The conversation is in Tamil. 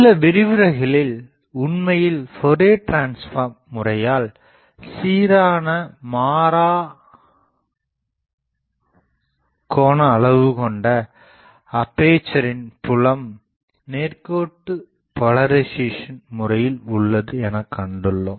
சில விரிவுரைகளில் உண்மையில் ஃபோரியர் டிரான்ஸ்ஃபார்ம் முறையால் சீரான மாற கோண அளவு கொண்ட அப்பேசரின் புலம் நேர்கோட்டு போலரிசேசன் முறையில் உள்ளது எனகண்டுள்ளோம்